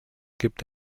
gibt